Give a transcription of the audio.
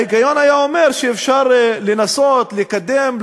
ההיגיון היה אומר שאפשר לנסות לקדם,